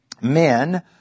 men